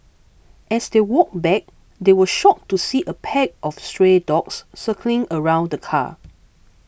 as they walked back they were shocked to see a pack of stray dogs circling around the car